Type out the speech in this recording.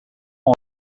mor